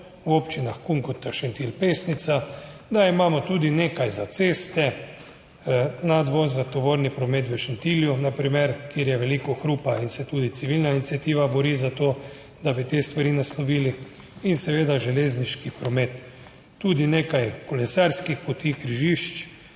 v občinah Kungota, Šentilj, Pesnica, da imamo tudi nekaj za ceste, nadvoza tovorni promet v Šentilju na primer, kjer je veliko hrupa in se tudi civilna iniciativa bori za to, da bi te stvari naslovili in seveda železniški promet, tudi nekaj kolesarskih poti, križišč,